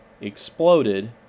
exploded